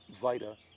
Vita